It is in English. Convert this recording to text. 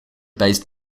based